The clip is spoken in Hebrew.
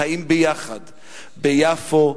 חיים ביחד ביפו,